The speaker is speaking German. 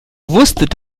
wusstet